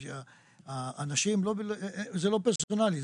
זה לא פרסונלי,